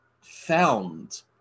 found